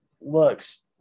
looks